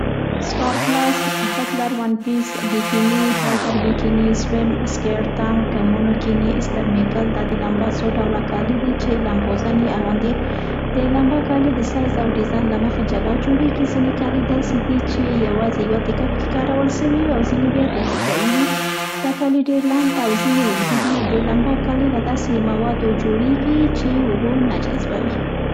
ستار پلس، رشګارد، هتلر ون پیس، بیکیني، هالتر بیکیني، سویم سکېرت، تانک، مونوکیني، استرمیکل. دا د لمبا د کالو څو ډله دي، چي لبموزنې یې اغوندي. د لمبا کالي د سایز او ډیزان له مخې جلا جوړېږي، ځیني کالي داسې دي، چي یوازې یوه تکه پکې کارول سوي وي او ځېني یې بیا دو تکه یی وي. دا کالي ډېر لڼد او ځیني اوږده دي .د لمبا کالي له داسې موادو جوړیږي چې اوبه نه جذبوي.